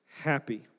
happy